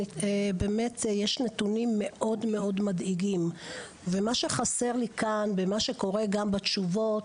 באמת יש נתונים מאוד מדאיגים ומה שחסר לי כאן במה שקורה גם בתשובות,